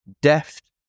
deft